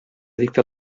dicta